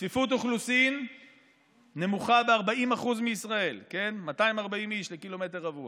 צפיפות אוכלוסין נמוכה ב-40% מבישראל: 240 איש לקמ"ר,